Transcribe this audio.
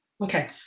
okay